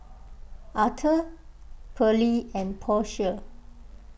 Atha Pearle and Portia